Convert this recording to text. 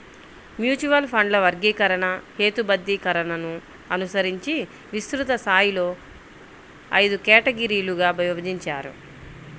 mutual ఫండ్ల వర్గీకరణ, హేతుబద్ధీకరణను అనుసరించి విస్తృత స్థాయిలో ఐదు కేటగిరీలుగా విభజించారు